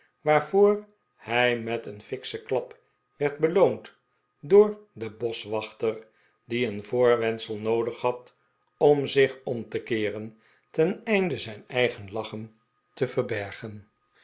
waarvoor hij met een fikschen klap werd beloond door den boschwachter die een voorwendsel noodig had om zich om te keeren ten einde zijn eigen lachen te verbergen